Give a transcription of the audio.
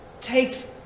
takes